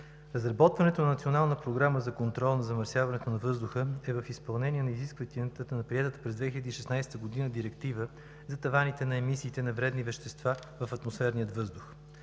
Разработването на Национална програма за контрол на замърсяването на въздуха е в изпълнение на изискванията на приетата през 2016 г. Директива за таваните на емисиите на вредни вещества в атмосферния въздух.